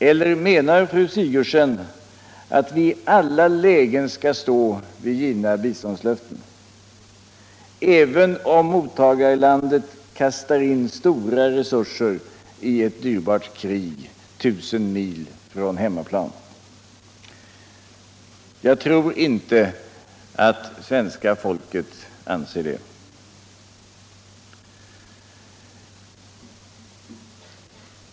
Eller menar fru Sigurdsen att vi i alla lägen skall stå vid givna biståndslöften, även om mottagarlandet kastar in stora resurser i ett dyrbart krig tusentals mil från hemmaplan? Jag tror inte att svenska folket anser det.